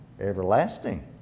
everlasting